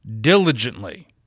diligently